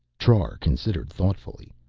trar considered thoughtfully.